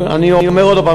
שוב,